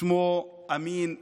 ששמו אמין אל-גמאל.